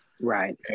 Right